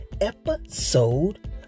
episode